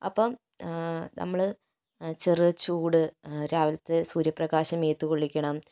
അപ്പോൾ നമ്മള് ചെറിയ ചൂട് രാവിലത്തെ സൂര്യപ്രകാശം മേത്ത് കൊള്ളിക്കണം